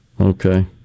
Okay